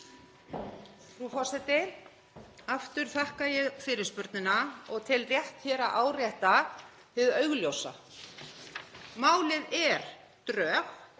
Frú forseti. Aftur þakka ég fyrirspurnina og tel rétt að árétta hið augljósa: Málið er drög.